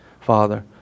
Father